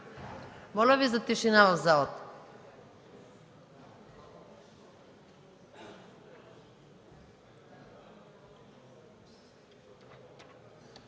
Моля ви за тишина в залата!